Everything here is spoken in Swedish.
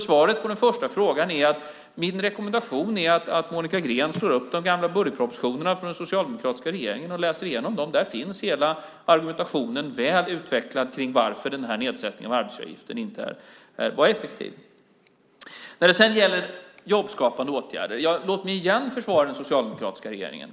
Svaret på den första frågan är alltså en rekommendation till Monica Green att slå upp de gamla budgetpropositionerna från den socialdemokratiska regeringen och läsa igenom dem. Där finns hela argumentationen väl utvecklad för varför nedsättningen av arbetsgivaravgiften inte var effektiv. När det gäller jobbskapande åtgärder vill jag återigen försvara den socialdemokratiska regeringen.